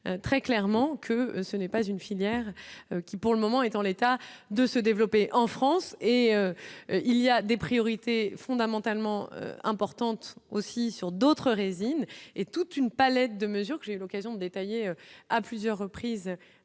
très clairement que ce n'est pas une filière qui pour le moment est dans l'État de se développer en France et il y a des priorités fondamentalement importante aussi sur d'autres résines et toute une palette de mesures que j'ai l'occasion détaillé à plusieurs reprises